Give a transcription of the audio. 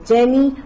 Jenny